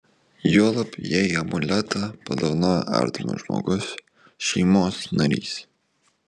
juolab jei amuletą padovanojo artimas žmogus šeimos narys